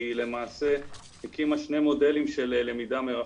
למעשה הקימה שני מודלים של למידה מרחוק.